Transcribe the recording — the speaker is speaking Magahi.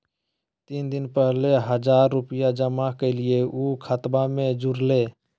तीन दिन पहले हजार रूपा जमा कैलिये, ऊ खतबा में जुरले?